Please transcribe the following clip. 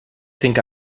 think